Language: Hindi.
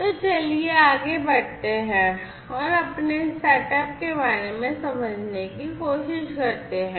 तो चलिए आगे बढ़ते हैं और अपने सेटअप के बारे में समझने की कोशिश करते हैं